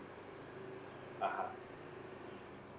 (uh huh)